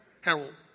Harold